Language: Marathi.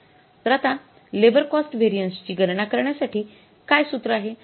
तर आता लेबर कॉस्ट व्हेरिएन्स ची गणना करण्यासाठी काय सूत्र आहे